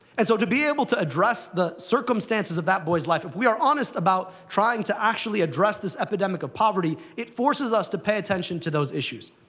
and so, to be able to address the circumstances of that boy's life, if we are honest about trying to actually address this epidemic of poverty, it forces us to pay attention to those issues.